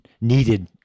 needed